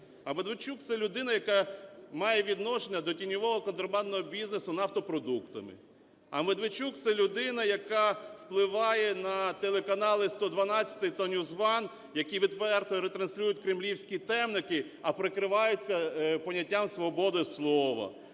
А Медведчук – це людина, яка має відношення до тіньового контрабандного бізнесу нафтопродуктами. А Медведчук – це людина, яка впливає на телеканали "112" та NewsOne, які відверто ретранслюють кремлівські темники, а прикриваються поняттям свободи слова.